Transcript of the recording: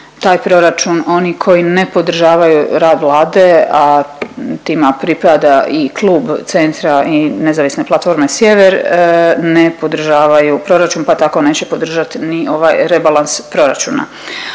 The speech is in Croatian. taj proračun, oni koji ne podržavaju rad Vlade a tima pripada i Klub Centra i Nezavisne platforme Sjever ne podržavaju proračun pa tako neće podržati ni ovaj rebalans proračuna.